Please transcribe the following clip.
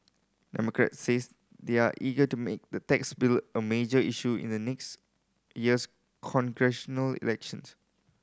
democrats says they're eager to make the tax bill a major issue in next year's congressional election